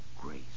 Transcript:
grace